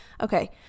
Okay